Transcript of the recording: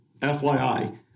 FYI